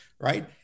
right